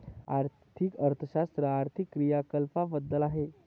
आर्थिक अर्थशास्त्र आर्थिक क्रियाकलापांबद्दल आहे